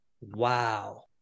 Wow